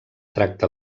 tracta